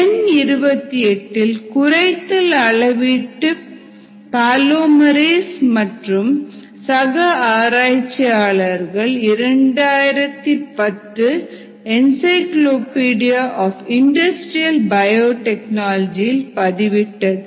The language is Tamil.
எண் 28 இல் குறைத்தல் அளவீட்டு பாலோமேரேஸ் மற்றும் சக ஆராய்ச்சியாளர்கள் என்சைக்ளோபீடியா ஆப் இண்டஸ்ட்ரியல் பயோடெக்னாலஜி பதிவிட்டது